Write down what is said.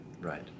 Right